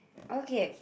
okay